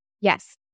Yes